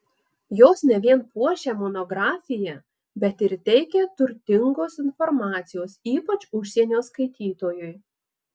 jos ne vien puošia monografiją bet ir teikia turtingos informacijos ypač užsienio skaitytojui